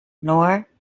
nor